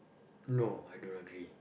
no I don't agree